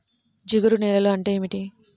జిగురు నేలలు అంటే ఏమిటీ?